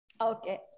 okay